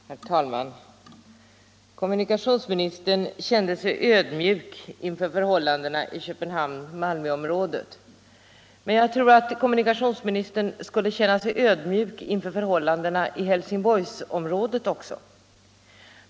Herr talman! Kommunikationsministern kände sig ödmjuk inför förhållandena i Köpenhamn-Malmö-området. Men jag tror att kommunikationsministern borde känna sig ödmjuk inför förhållandena i Helsing 1S borgsområdet också.